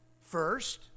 First